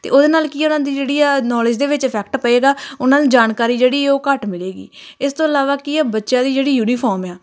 ਅਤੇ ਉਹਦੇ ਨਾਲ ਕੀ ਆ ਉਹਨਾਂ ਦੀ ਜਿਹੜੀ ਆ ਨੌਲੇਜ ਦੇ ਵਿੱਚ ਇਫੈਕਟ ਪਵੇਗਾ ਉਹਨਾਂ ਨੂੰ ਜਾਣਕਾਰੀ ਜਿਹੜੀ ਉਹ ਘੱਟ ਮਿਲੇਗੀ ਇਸ ਤੋਂ ਇਲਾਵਾ ਕੀ ਆ ਬੱਚਿਆਂ ਦੀ ਜਿਹੜੀ ਯੂਨੀਫੋਰਮ ਆ